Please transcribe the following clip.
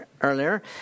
earlier